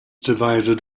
divided